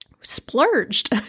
splurged